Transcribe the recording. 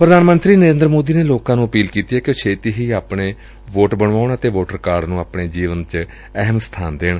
ਪ੍ਧਾਨ ਮੰਤਰੀ ਨਰੇਂਦਰ ਮੋਦੀ ਨੇ ਲੋਕਾਂ ਨੂੰ ਅਪੀਲ ਕੀਤੀ ਏ ਕਿ ਉਹ ਛੇਤੀ ਹੀ ਆਪਣੇ ਵੋਟ ਬਣਾਉਣ ਅਤੇ ਵੋਟਰ ਕਾਰਡ ਨੂੰ ਆਪਣੇ ਜੀਵਨ ਦਾ ਅਹਿਮ ਸਥਾਨ ਦੇਣ